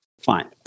Fine